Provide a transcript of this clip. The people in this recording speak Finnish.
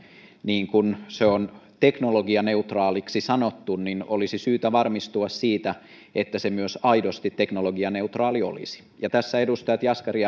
niin kun se on teknologianeutraaliksi sanottu olisi syytä varmistua siitä että se myös aidosti teknologianeutraali olisi edustajat jaskari